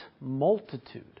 multitude